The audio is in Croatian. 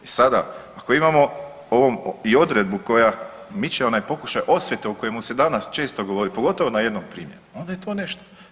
I sada ako imamo i odredbu koja miče onaj pokušaj osvete o kojemu se danas često govori pogotovo na jednom primjeru onda je to nešto.